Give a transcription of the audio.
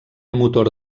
motor